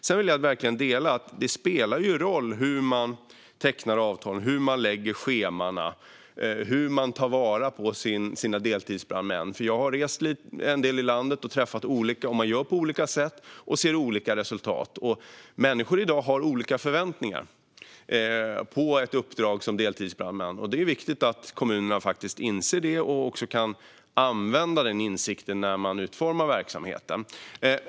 Sedan vill jag verkligen dela att det spelar roll hur man tecknar avtalen, hur man lägger scheman och hur man tar vara på sina deltidsbrandmän. Jag har rest en del i landet och träffat olika parter, och man gör på olika sätt och ser olika resultat. Människor i dag har olika förväntningar på ett uppdrag som deltidsbrandman. Det är viktigt att kommunerna inser det och kan använda den insikten när man utformar verksamheten.